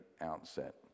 outset